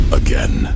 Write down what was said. again